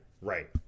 Right